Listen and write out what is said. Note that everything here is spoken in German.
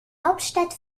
hauptstadt